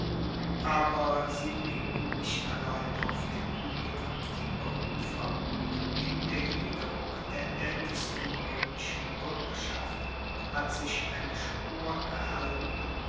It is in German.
aber sie blieben nicht allein auf den huegeln am tiberufer in der gliederung der aeltesten roemischen buergerschaft hat sich eine spur erhalten